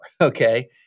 okay